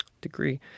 degree